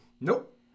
Nope